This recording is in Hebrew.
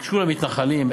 תיגשו למתנחלים,